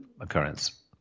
occurrence